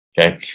okay